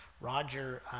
Roger